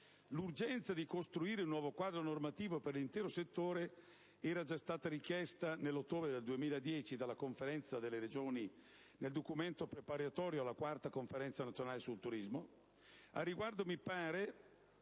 L'urgenza di costruire il nuovo quadro normativo per l'intero settore era già stata segnalata nell'ottobre 2010 dalla Conferenza delle Regioni nel documento preparatorio alla IV Conferenza nazionale sul turismo;